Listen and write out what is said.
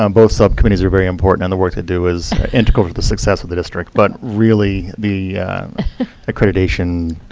um both subcommittees are very important. and the work they do is integral to the success of the district. but really, the accreditation